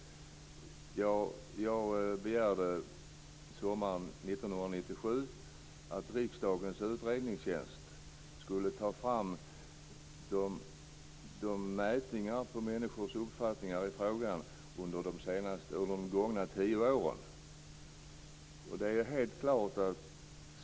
Jag begärde sommaren 1997 att Riksdagens utredningstjänst skulle ta fram mätningar på människors uppfattningar i frågan under de gångna tio åren.